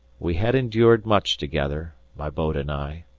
we had endured much together, my boat and i,